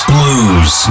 Blues